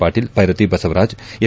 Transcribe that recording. ಪಾಟೀಲ್ ಬ್ವೆರತಿ ಬಸವರಾಜ್ ಎಸ್